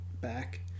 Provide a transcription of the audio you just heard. back